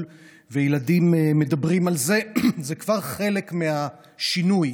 וילדים מדברים על זה זה כבר חלק מהשינוי,